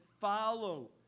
follow